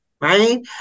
Right